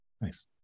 Nice